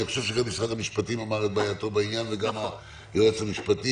אני חושב שגם משרד המשפטים אמר את בעייתו בעניין וגם היועץ המשפטי,